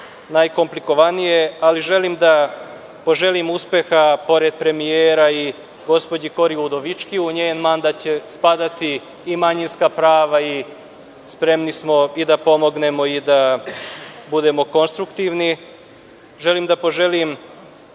najkomplikovanije. Želim da poželim uspeha pored premijera i gospođi Kori Udovički. U njen mandat će spadati i manjinska prava, a spremni smo i da pomognemo i budemo konstruktivni. Želim da poželim